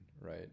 right